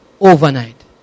overnight